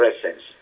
presence